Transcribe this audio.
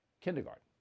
Kindergarten